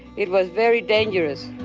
it was very dangerous.